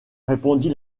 répondit